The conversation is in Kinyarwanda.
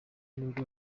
nibwo